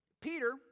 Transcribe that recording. Peter